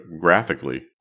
graphically